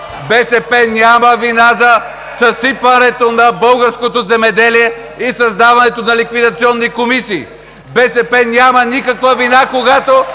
БСП няма вина за съсипването на българското земеделие и създаването на ликвидационни комисии! БСП няма никаква вина, когато